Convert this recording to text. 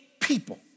people